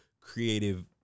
creative